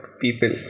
people